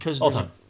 All-time